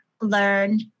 learn